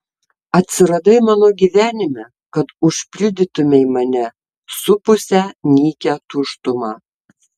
atsiradai mano gyvenime kad užpildytumei mane supusią nykią tuštumą